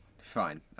Fine